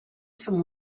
some